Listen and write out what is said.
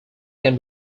can